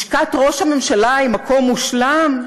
לשכת ראש הממשלה היא מקום מושלם?